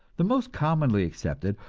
the most commonly accepted,